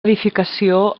edificació